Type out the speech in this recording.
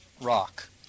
rock